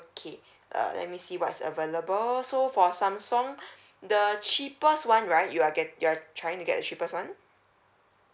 okay uh let me see what is available so for samsung the cheapest [one] right you are get~ you trying to get the cheapest [one]